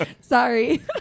Sorry